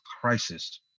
crisis